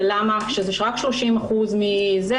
ולמה כשמשאירים רק 30% מעובדי הרשות אז התפקיד שלה לא חיוני.